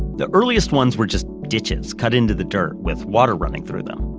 the earliest ones were just ditches cut into the dirt with water running through them.